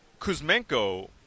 Kuzmenko